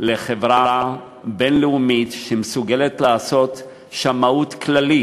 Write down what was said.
לחברה בין-לאומית שמסוגלת לעשות שמאות כללית,